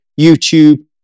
YouTube